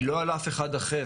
היא לא על אף אחד אחר.